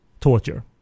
torture